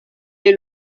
est